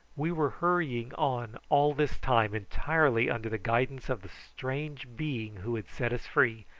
we were hurrying on all this time entirely under the guidance of the strange being who had set us free,